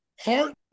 Heart